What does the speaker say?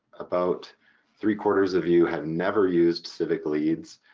about three quarters of you have never used civicleads,